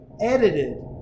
edited